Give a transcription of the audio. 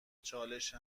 چالش